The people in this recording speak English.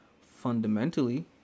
fundamentally